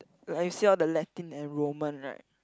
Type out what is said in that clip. like you see all the Latin and roman right